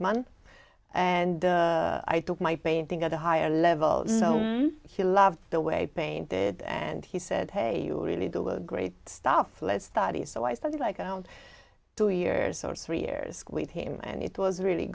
an and i took my painting at a higher level he loved the way painted and he said hey you really do a great stuff let's study so i started like around two years or three years with him and it was really